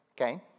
Okay